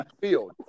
Field